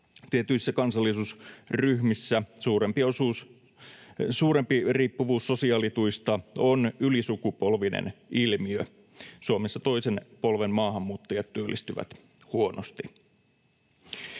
Tietyissä kansallisuusryhmissä suurempi riippuvuus sosiaalituista on ylisukupolvinen ilmiö. Suomessa toisen polven maahanmuuttajat työllistyvät huonosti.